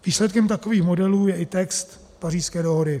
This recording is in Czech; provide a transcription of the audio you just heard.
Výsledkem takových modelů je i text Pařížské dohody.